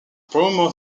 promo